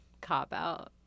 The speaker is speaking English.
cop-out